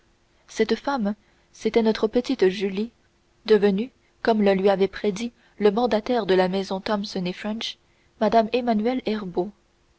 cette femme c'était notre petite julie devenue comme le lui avait prédit le mandataire de la maison thomson et french mme emmanuel